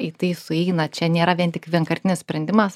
į tai sueina čia nėra vien tik vienkartinis sprendimas